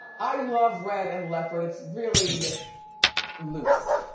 i love red and leopard. it's really loose.